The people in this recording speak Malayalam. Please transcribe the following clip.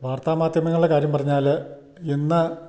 വാർത്താ മാധ്യമങ്ങളുടെ കാര്യം പറഞ്ഞാൽ ഇന്ന്